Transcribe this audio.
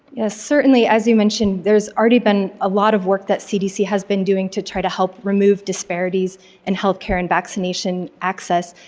yes. certainly as you mentioned there's already been a lot of work that cdc has been doing to try to help remove disparities and healthcare and vaccination access.